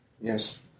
Yes